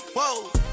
Whoa